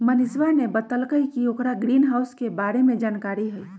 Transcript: मनीषवा ने बतल कई कि ओकरा ग्रीनहाउस के बारे में जानकारी हई